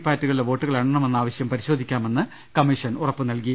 പാറ്റുകളിലെ വോട്ടുകൾ എണ്ണമെന്ന ആവശ്യം പരിശോധിക്കാമെന്ന് കമ്മീഷൻ ഉറപ്പ് നൽകി